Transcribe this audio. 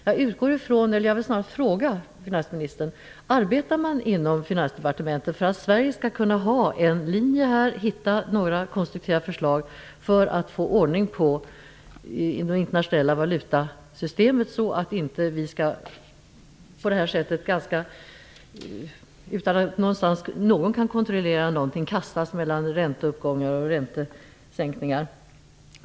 Jag vill fråga finansministern om man inom Finansdepartementet arbetar för att Sverige skall kunna ha en linje och hitta några konstruktiva förslag för att få ordning inom det internationella valutasystemet, så att vi skall slippa att på detta sätt kastas mellan ränteuppgångar och räntesänkningar utan att någon kan kontrollera någonting.